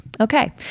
Okay